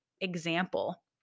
example